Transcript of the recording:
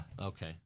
Okay